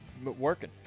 working